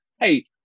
hey